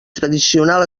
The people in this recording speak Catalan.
tradicional